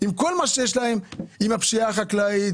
עם כל הבעיות שיש להם כמו פשיעה חקלאית,